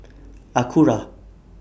Acura